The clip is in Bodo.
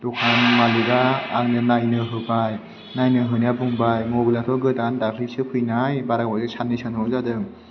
दखान मालिकआ आंनो नायनो होबाय नायनो होनायाव बुंबाय मबाइलआथ' गोदान दाख्लैसो फैनाय बारा गोबाव साननै सानथामल' जादों